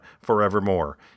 forevermore